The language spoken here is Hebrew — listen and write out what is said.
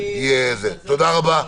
תודה רבה.